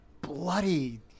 bloody